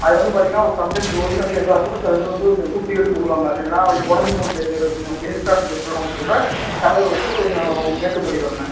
அது வந்து பார்த்தீங்கன்னா சம்டைம்ஸ் ஒரிஜினல் தேக்கா இருக்கும் சில இதில் வந்து இந்த டூப்ளிகேட்டும் போடுவாங்க இல்லைன்னா உடைஞ்சிப் போன தேக்கு இல்லை கொஞ்சம் வேஸ்ட்டான தேக்குலாம் வச்சு கூட சரகு வச்சு கொஞ்சம் மேக்கப் பண்ணிடுவாங்க